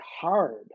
hard